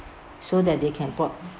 so that they can